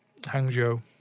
hangzhou